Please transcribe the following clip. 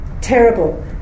terrible